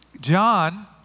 John